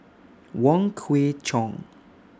Wong Kwei Cheong